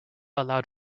allowed